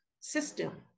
system